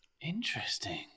Interesting